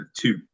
Two